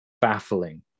baffling